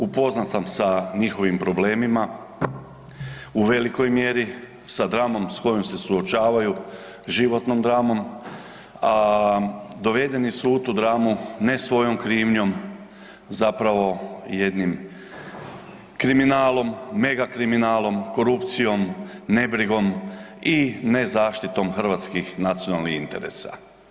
Upoznat sam sa njihovim problemima u velikoj mjeri, sa dramom sa kojom se suočavaju, životnom dramom, a dovedeni su u tu dramu ne svojom krivnjom zapravo jednim kriminalom, mega kriminalom, korupcijom, nebrigom i nezaštitom hrvatskih nacionalnih interesa.